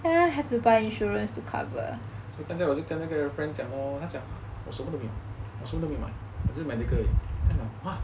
刚才我就跟那个 friend 讲 lor 他讲我什么都没有什么都没买我只是买一个而已